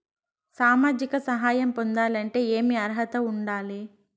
సామాజిక సహాయం పొందాలంటే ఏమి అర్హత ఉండాలి?